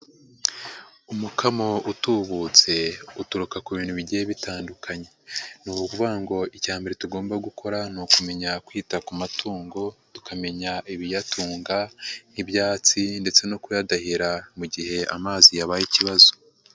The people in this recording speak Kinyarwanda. Umukamo utubutse uturuka ku bintu bigiye bitandukanye, ni ukuvuga ngo icya mbere tugomba gukora ni ukumenya kwita ku matungo, tukamenya ibiyatunga nk'ibyatsi ndetse no kuyadahira mu gihe amazi yabaye ikibazo.